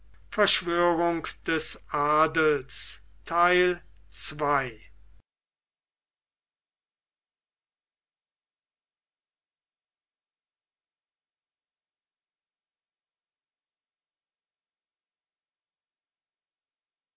verschwörung des adels